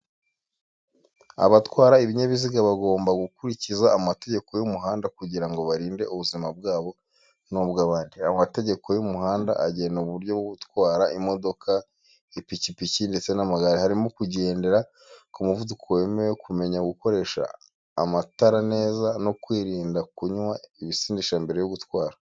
Abatwara ibinyabiziga bagomba gukurikiza amategeko y'umuhanda kugira ngo barinde ubuzima bwabo n'ubw'abandi. Amategeko y'umuhanda agena uburyo bwo gutwara imodoka, ipikipiki ndetse n'amagare. Harimo kugendera ku muvuduko wemewe, kumenya gukoresha amatara neza, no kwirinda kunywa ibisindisha mbere yo gutwara.